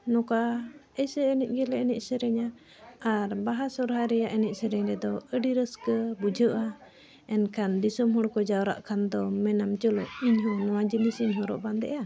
ᱱᱚᱠᱟ ᱮᱭᱥᱮ ᱮᱱᱮᱡ ᱜᱮᱞᱮ ᱮᱱᱮᱡᱼᱥᱮᱨᱮᱧᱟ ᱟᱨ ᱵᱟᱦᱟ ᱥᱚᱦᱨᱟᱭ ᱨᱮᱭᱟᱜ ᱮᱱᱮᱡᱼᱥᱮᱨᱮᱧ ᱨᱮᱫᱚ ᱟᱹᱰᱤ ᱨᱟᱹᱥᱠᱟᱹ ᱵᱩᱡᱷᱟᱹᱜᱼᱟ ᱮᱱᱠᱷᱟᱱ ᱫᱤᱥᱚᱢ ᱦᱚᱲᱠᱚ ᱡᱟᱣᱨᱟᱜ ᱠᱷᱟᱱ ᱫᱚ ᱢᱮᱱᱟᱢ ᱪᱚᱞᱚ ᱤᱧᱦᱚᱸ ᱱᱚᱣᱟ ᱡᱤᱱᱤᱥ ᱤᱧ ᱦᱚᱨᱚᱜ ᱵᱟᱸᱫᱮᱜᱼᱟ